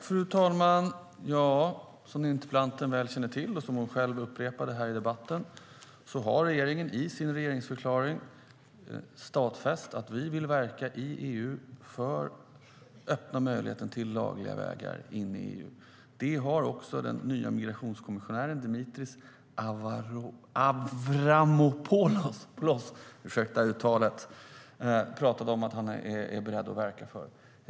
Fru talman! Som interpellanten väl känner till, och som hon själv upprepade här i debatten, har regeringen i sin regeringsförklaring stadfäst att vi vill verka i EU för att öppna möjligheten till lagliga vägar in i EU. Det har också den nye migrationskommissionären Dimitris Avramopoulos sagt att han är beredd att verka för.